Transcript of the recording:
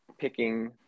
picking